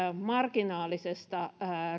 marginaalisesta